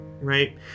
right